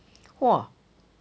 !wah!